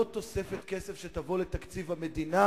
לא תוספת כסף שתבוא לתקציב המדינה,